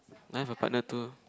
and I have a partner too